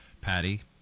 Patty